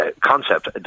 concept